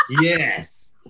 Yes